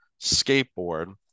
skateboard